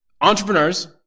entrepreneurs